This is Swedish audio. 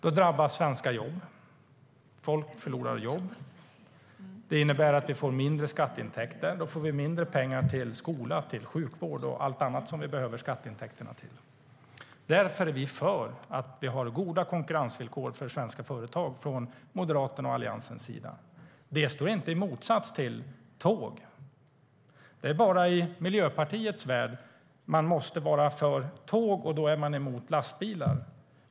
Då drabbas svenska jobb - folk förlorar sina arbeten. Det innebär att vi får mindre skatteintäkter, och då får vi mindre pengar till skola, sjukvård och annat som vi behöver skatteintäkterna till. Därför är Moderaterna och Alliansen för att vi ska ha goda konkurrensvillkor för svenska företag. Det står inte i motsats till tåg. Det är bara i Miljöpartiets värld som man måste vara emot lastbilar om man är för tåg.